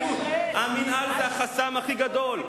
המינהל זה החסם הכי גדול.